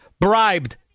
Bribed